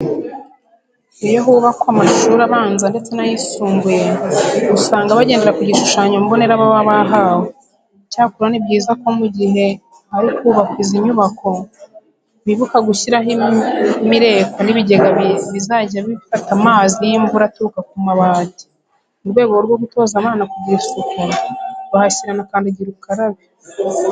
Iyo hubakwa amashuri abanza ndetse n'ayisumbuye usanga bagendera ku gishushanyo mbonera baba bahawe. Icyakora ni byiza ko mu gihe hari kubakwa izi nyubako bibuka gushyiraho imireko n'ibigega bizajya bifata amazi y'imvura aturuka ku mabati. Mu rwego rwo gutoza abana kugira isuku bahashyira na kandagira ukarabe.